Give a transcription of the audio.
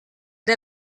der